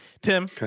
tim